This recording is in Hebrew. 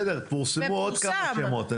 בסדר, פורסמו עוד כמה שמות.